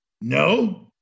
no